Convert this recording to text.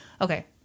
Okay